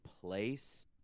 place